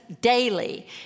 daily